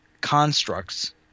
constructs